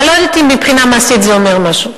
אני לא יודעת אם מבחינה מעשית זה אומר משהו.